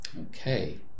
Okay